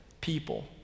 people